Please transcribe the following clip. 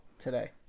today